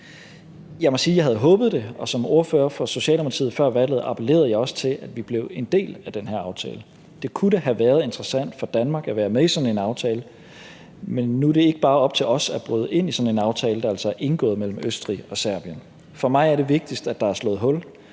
Jeg må sige, at jeg havde håbet det, og som ordfører for Socialdemokratiet før valget appellerede jeg også til, at vi blev en del af den her aftale. Det kunne da have været interessant for Danmark at være med i sådan en aftale, men nu er det bare ikke op til os at bryde ind i sådan en aftale, der altså er indgået mellem Østrig og Serbien. For mig er det vigtigst, at der er slået hul,